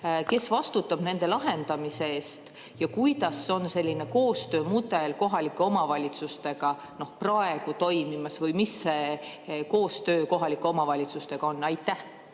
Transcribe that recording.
Kes vastutab nende lahendamise eest? Ja kuidas on selline koostöömudel kohalike omavalitsustega praegu toimimas või mis see koostöö kohalike omavalitsustega on? Aitäh,